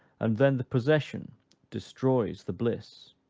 and then the possession destroys the bliss.